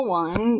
one